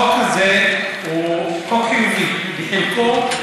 החוק הזה הוא חוק חיובי בחלקו,